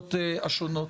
הרשויות השונות.